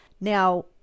Now